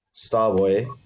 Starboy